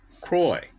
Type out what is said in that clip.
Croy